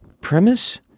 premise